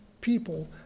people